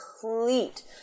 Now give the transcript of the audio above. complete